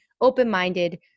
open-minded